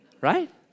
right